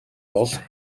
бол